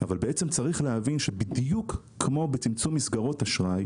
אבל בעצם צריך להבין שבדיוק כמו בצמצום מסגרות אשראי,